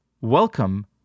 Welcome